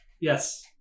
Yes